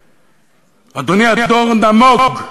אדוני, הדור נמוג.